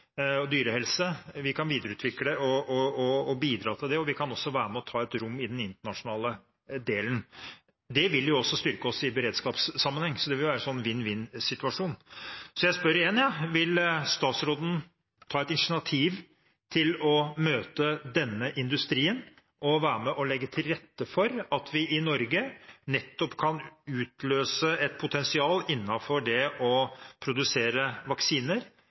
og dyrehelse. Vi kan videreutvikle og bidra til det, og vi kan også være med og ta et rom i den internasjonale delen. Det vil også styrke oss i en beredskapssammenheng, så det vil være en vinn-vinn-situasjon. Så jeg spør igjen: Vil statsråden ta et initiativ til å møte denne industrien og være med og legge til rette for at vi i Norge nettopp kan utløse et potensial innenfor det å produsere vaksiner,